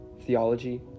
theology